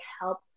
help